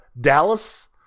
Dallas